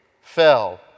fell